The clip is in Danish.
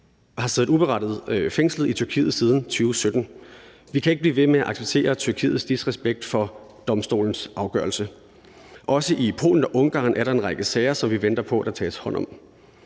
har siddet uberettiget fængslet i Tyrkiet siden 2017. Vi kan ikke blive ved med at acceptere Tyrkiets disrespekt over for domstolens afgørelse. Også i Polen og Ungarn er der en række sager, som vi venter på at der tages hånd om.